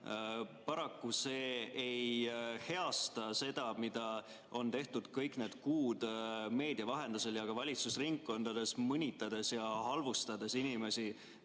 Paraku see ei heasta seda, mida on tehtud kõik need kuud meedia vahendusel ja ka valitsusringkondades, mõnitades ja halvustades inimesi,